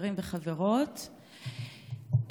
חברים וחברות,